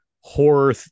horror